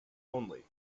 only